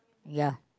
ya